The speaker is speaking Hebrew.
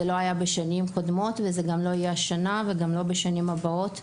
זה לא היה בשנים קודמות וזה גם לא יהיה השנה וגם לא בשנים הבאות.